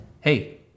Hey